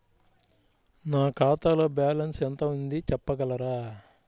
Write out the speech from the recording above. నా ఖాతాలో బ్యాలన్స్ ఎంత ఉంది చెప్పగలరా?